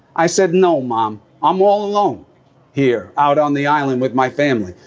i said, no, mom, i'm all alone here out on the island with my family.